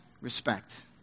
respect